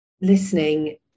listening